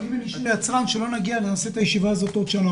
אבל אנחנו נעשה את הישיבה הזאת עוד שנה